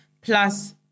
plus